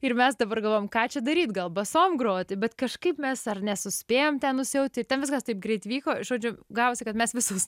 ir mes dabar galvojam ką čia daryt gal basom groti bet kažkaip mes ar nesuspėjom ten nusiauti ten viskas taip greit vyko žodžiu gavosi kad mes visos